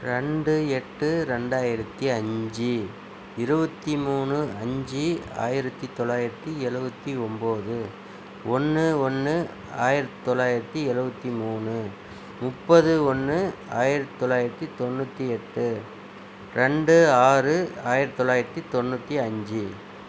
ரெண்டு எட்டு ரெண்டாயிரத்தி அஞ்சு இருபத்தி மூணு அஞ்சு ஆயிரத்தி தொள்ளாயிரத்தி எழுபத்தி ஒம்பது ஒன்னு ஒன்று ஆயிரத்தி தொள்ளாயிரத்தி எழுபத்தி மூணு முப்பது ஒன்று ஆயிரத்தி தொள்ளாயிரத்தி தொண்ணூற்றி எட்டு ரெண்டு ஆறு ஆயிரத்தி தொள்ளாயிரத்தி தொண்ணூற்றி அஞ்சு